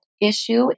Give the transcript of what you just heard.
issue